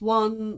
one